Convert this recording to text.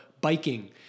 biking